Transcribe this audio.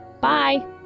Bye